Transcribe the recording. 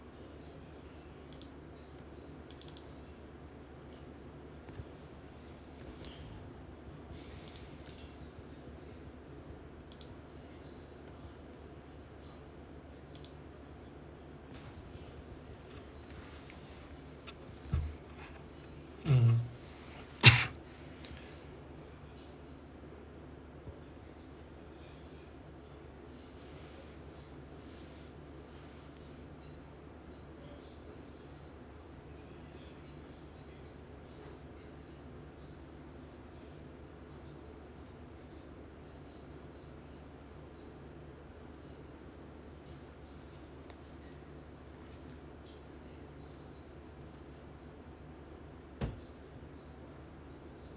mm